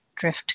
drift